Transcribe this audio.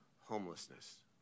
homelessness